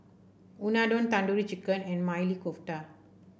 Unadon Tandoori Chicken and Maili Kofta